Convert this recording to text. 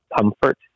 comfort